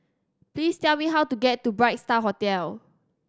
please tell me how to get to Bright Star Hotel